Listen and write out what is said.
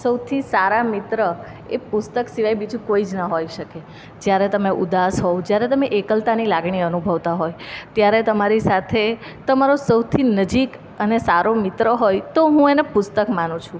સૌથી સારા મિત્ર એ પુસ્તક સિવાય બીજું કોઈ જ ના હોઈ શકે જ્યારે તમે ઉદાસ હો જ્યારે તમે એકલતાની લાગણી અનુભવતા હોય ત્યારે તમારી સાથે તમારો સૌથી નજીક અને સારો મિત્ર હોય તો હું એને પુસ્તક માનું છું